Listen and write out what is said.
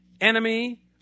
enemy